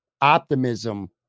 optimism